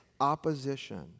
Opposition